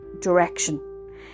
direction